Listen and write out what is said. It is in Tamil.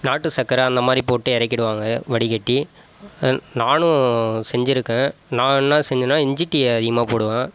நாட்டு சக்கரை அந்த மாதிரி போட்டு இறக்கிடுவாங்க வடிகட்டி அது நானும் செஞ்சுருக்கேன் நான் என்ன செஞ்சோன்னா இஞ்சி டீ அதிகமாக போடுவேன்